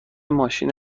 ماشین